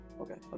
Okay